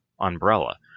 umbrella